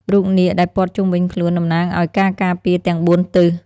រូបនាគដែលព័ទ្ធជុំវិញខ្លួន តំណាងឱ្យការការពារទាំងបួនទិស។